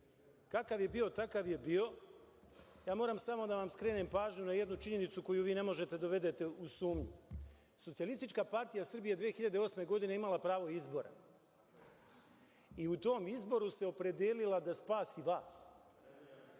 kakav je bio takav je bio, moram samo da vam skrenem pažnju na jednu činjenicu koju vi ne možete da dovedete u sumnju. Socijalistička partija Srbije 2008. godine je imala pravo izbora i u tom izboru se opredelila da spasi vas.